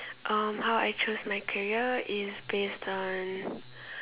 uh how I chose my career is based on